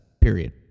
period